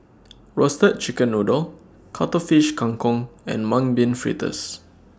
Roasted Chicken Noodle Cuttlefish Kang Kong and Mung Bean Fritters